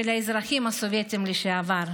האזרחים הסובייטים לשעבר.